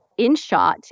InShot